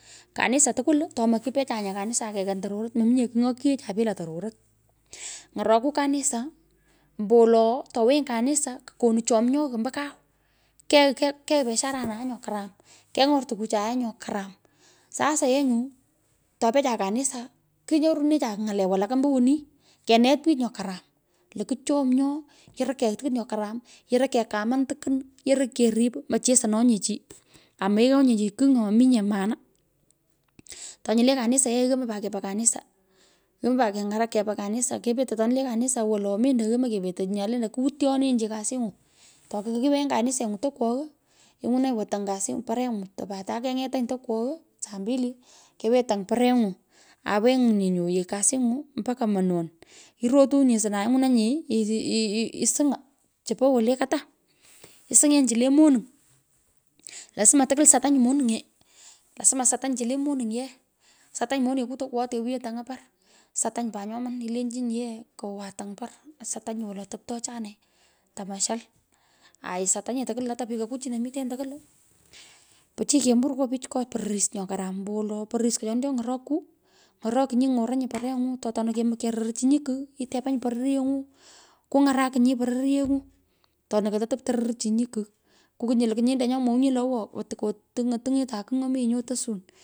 Kanisa tokwul, tomokupecho nye kannisa ukehan tororot mominye kigh nyo kiecha bila tororot. ny’oroku kanisa, ombowolo, towenyi kanisa, kukonu chomyogh ombo kasu kegh biashara nue nyo karam kenyar or tukucher nyo karam. Sase ye nyu topechu kanisa kuny’orunecha ny'ale walak ombo wani, kenei pich nyo karam l0 kuchomyo, yoroi kegh tukwon nyo karam, yoroi kekaman tukwun, yoroi kerip mochesononye chi, ameiyonye chi kigh nyo meminyo maana to nyu le kanisa pat ye yomoi kepa kanisa. yomo pat kepaa kanisa. kepetoi atoni le kanisa. wolo mendo yomo kepetei nya lentei wotyoonenyi chi kasingu. Tokakiwenyi kaniseny’u tokwogho. ingwunanyi wo tany pareny’u pat atue keng’etanyi toghokwo saa mbili. kewenyi tany pareny’u aiwenyi nyo yigh kasingwa mpaka manan irutunyi asna inywonanyi usung’a chopo wole kata. Isuny’enyi chu le moniny. Lasima tukwol satanyi monung’ee lasma sutanyi chu le monuny yee satanyi monekuu tokwogho te wiyo tang’a par satanyi pat nyoman ilenchinyi ye kowan tuny par auisatanyi wolo topto achane tomeshal. Aisatanyi tukwol pikoko chino mitenyi tukwol. Pichiy kembor nyo pich pororis nyo karam. Nyo porerisko choni cho ny’oroku. ng’orokinyi ng’oranyi pareny’u. tu tona kororchinyi kigh itepanyi pereryengu. kuny’arakinyi pororyeny;u tona kototop tu rorchinyi kigh kungwu lukwu nyinde nyo mwounyi lo awo tungetan kigh nyo mi yii nya atosun.